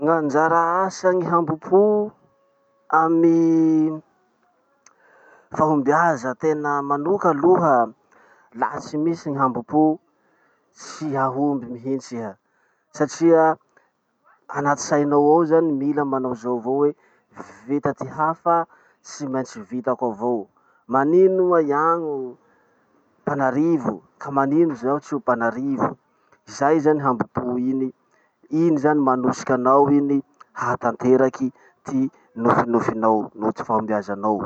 Gn'anjara asan'ny hambopo amy fahombiaza tena manoka aloha, laha tsy misy ny hambopo tsy hahomby mihitsy iha satria anaty sainao ao zany mila manao zao avao hoe vita ty hafa tsy maintsy vitako avao. Manino moa iagno mpanarivo, ka manino zaho tsy ho mpanarivo. Zay zany hambopo iny, iny zany manosiky anao iny hahatanteraky ty nofinofinao noho ty fahombiazanao.